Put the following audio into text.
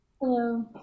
Hello